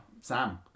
Sam